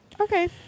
Okay